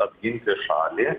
apginti šalį